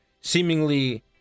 seemingly